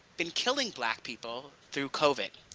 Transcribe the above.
been killing black people through covid.